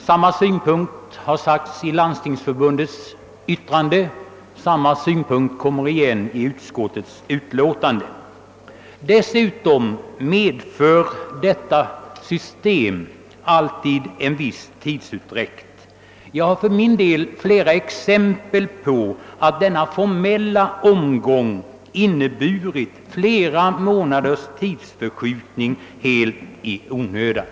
Samma synpunkt har anlagts i Landstingsförbundets yttrande, och den kommer igen även i utskottets utlåtande. Dessutom leder detta system alltid till en viss tidsutdräkt. Jag kan nämna flera exempel på att denna formella omgång inneburit flera månaders tidsförskjutning och försening helt i onödan.